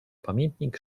pamiętnik